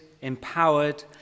empowered